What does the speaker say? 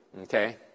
okay